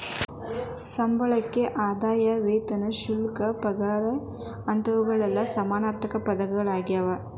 ಸಂಬಳಕ್ಕ ಆದಾಯ ವೇತನ ಶುಲ್ಕ ಪಗಾರ ಅಂತೆಲ್ಲಾ ಸಮಾನಾರ್ಥಕ ಪದಗಳದಾವ